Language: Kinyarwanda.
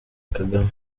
kagame